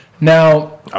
Now